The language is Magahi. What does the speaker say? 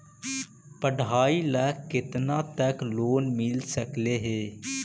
पढाई ल केतना तक लोन मिल सकले हे?